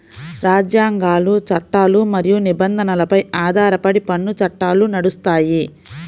రాజ్యాంగాలు, చట్టాలు మరియు నిబంధనలపై ఆధారపడి పన్ను చట్టాలు నడుస్తాయి